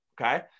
Okay